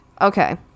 okay